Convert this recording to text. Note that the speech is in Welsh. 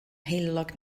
heulog